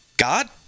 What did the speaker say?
god